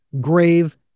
grave